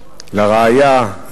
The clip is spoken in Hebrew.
לרעיה,